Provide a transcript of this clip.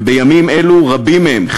ובימים אלו רבים מהם,